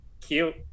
cute